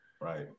Right